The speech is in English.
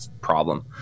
problem